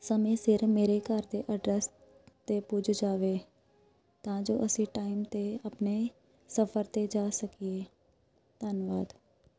ਸਮੇਂ ਸਿਰ ਮੇਰੇ ਘਰ ਦੇ ਐਡਰੈਸ 'ਤੇ ਪੁੱਜ ਜਾਵੇ ਤਾਂ ਜੋ ਅਸੀਂ ਟਾਈਮ 'ਤੇ ਆਪਣੇ ਸਫਰ 'ਤੇ ਜਾ ਸਕੀਏ ਧੰਨਵਾਦ